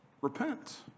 repent